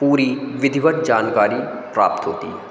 पूरी विधिवत जानकारी प्राप्त होती है